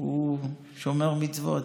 הוא שומר מצוות,